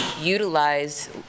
utilize